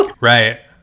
Right